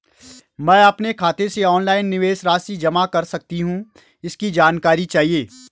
मैं अपने खाते से ऑनलाइन निवेश राशि जमा कर सकती हूँ इसकी जानकारी चाहिए?